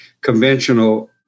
conventional